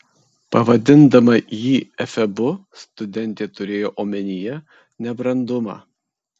pavadindama jį efebu studentė turėjo omenyje nebrandumą